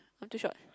I'm too short